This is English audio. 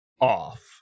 off